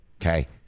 okay